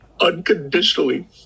unconditionally